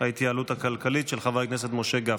ההתייעלות הכלכלית, של חבר הכנסת משה גפני.